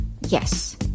Yes